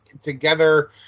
together